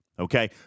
Okay